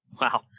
Wow